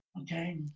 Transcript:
Okay